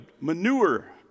manure